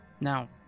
Now